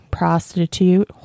prostitute